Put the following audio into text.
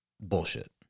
bullshit